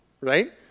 right